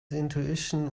intuition